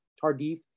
Tardif